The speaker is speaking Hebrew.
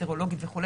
סרולוגית וכו',